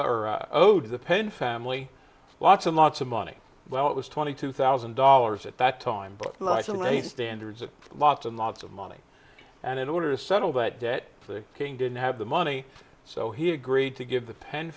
pen family lots and lots of money well it was twenty two thousand dollars at that time but not isolated standards and lots and lots of money and in order to settle that debt the king didn't have the money so he agreed to give the pen